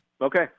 Okay